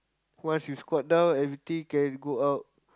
once you squat down everything can go out